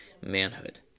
manhood